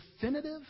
definitive